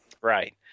Right